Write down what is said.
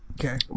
Okay